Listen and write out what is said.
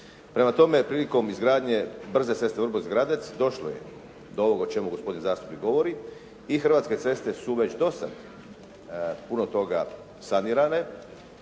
Prema tome, prilikom izgradnje brze ceste Vrbovec-Gradec došlo je do ovoga o čemu gospodin zastupnik govori i Hrvatske ceste su već do sada puno toga sanirale